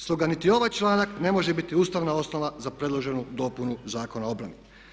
Stoga niti ovaj članak ne može biti Ustavna osnova za predloženu dopunu Zakona o obrani.